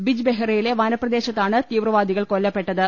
ബിജ്ബെഹ്റയിലെ വനപ്രദേശത്താണ് തീവ്രവാദികൾ കൊല്ലപ്പെട്ടത്